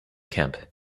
camp